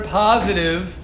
positive